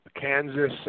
Kansas